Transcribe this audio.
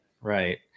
Right